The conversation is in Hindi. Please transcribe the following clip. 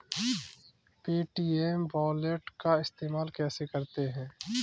पे.टी.एम वॉलेट का इस्तेमाल कैसे करते हैं?